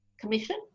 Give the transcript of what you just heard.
Commission